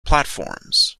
platforms